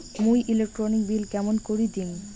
মুই electric bill কেমন করি দিম?